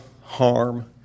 harm